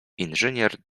inżynier